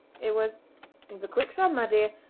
it was in the quicksand, my dear!